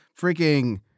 freaking